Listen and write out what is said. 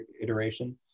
iteration